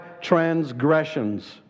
transgressions